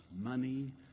money